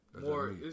more